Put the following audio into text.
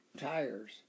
tires